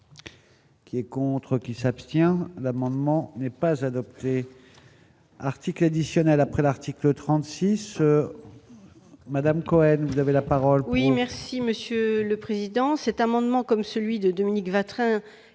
qui est con. Qui s'abstient l'amendement n'est pas adopté article additionnel après l'article 36 Madame Cohen, vous avez la parole.